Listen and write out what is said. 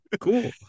cool